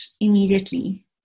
immediately